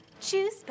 choose